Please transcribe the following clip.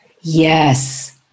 Yes